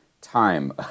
time